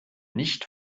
nicht